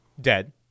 Dead